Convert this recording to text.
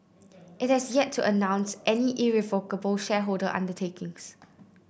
it has yet to announce any irrevocable shareholder undertakings